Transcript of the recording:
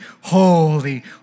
holy